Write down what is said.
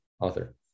author